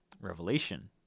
revelation